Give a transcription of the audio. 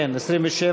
כן.